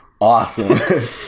awesome